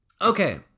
okay